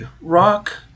rock